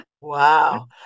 Wow